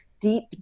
deep